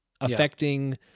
affecting